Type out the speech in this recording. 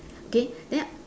okay then